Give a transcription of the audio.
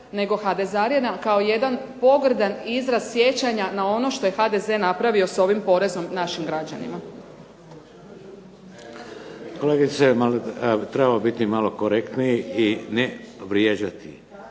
nego hadezarina kao jedan pogrdan izraz sjećanja na ono što je HDZ napravio s ovim porezom našim građanima. **Šeks, Vladimir (HDZ)** Kolegice trebamo biti malo korektniji i ne vrijeđati.